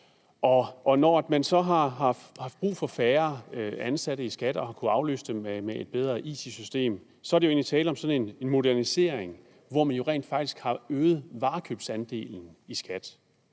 Og når man så har haft brug for færre ansatte i SKAT og har kunnet afløse dem med bedre it-systemer, er der egentlig tale om sådan en modernisering, hvor man jo rent faktisk har øget varekøbsandelen i SKAT.